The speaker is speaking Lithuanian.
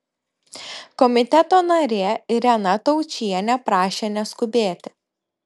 komiteto narė irena taučienė prašė neskubėti